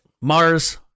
Mars